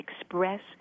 express